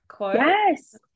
Yes